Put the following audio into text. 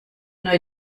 neue